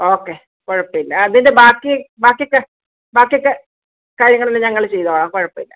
okay കുഴപ്പമില്ല അതിൻ്റെ ബാക്കി ബാക്കിക്ക് ബാക്കിക്ക് കാര്യങ്ങളെല്ലം ഞങ്ങള് ചെയ്തോളാം കുഴപ്പമില്ല